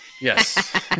Yes